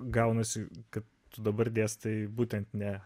gaunasi kad tu dabar dėstai būtent ne